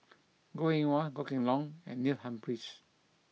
Goh Eng Wah Goh Kheng Long and Neil Humphreys